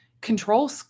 control